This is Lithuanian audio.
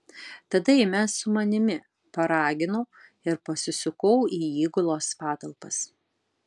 tada eime su manimi paraginau ir pasisukau į įgulos patalpas